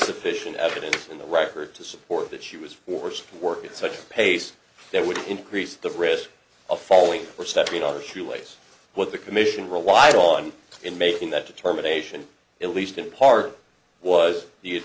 sufficient evidence in the record to support that she was forced to work at such a pace that would increase the risk of falling for several other shoelace what the commission relied on in making that determination at least in part was